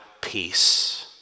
peace